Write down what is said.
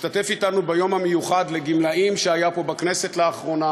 הוא השתתף אתנו ביום המיוחד לגמלאים שהיה פה בכנסת לאחרונה,